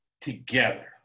together